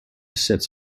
sits